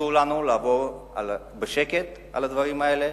אסור לנו לעבור בשקט על הדברים האלה,